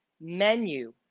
menu